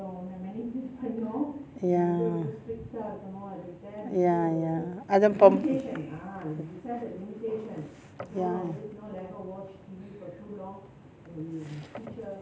ya ya ya அதா:atha ya